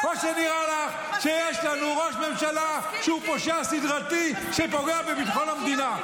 או שנראה לך שיש לנו ראש ממשלה שהוא פושע סדרתי שפוגע בביטחון המדינה?